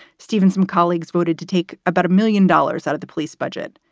stevens and colleagues voted to take about a million dollars out of the police budget.